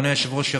אדוני היושב-ראש,